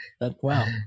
Wow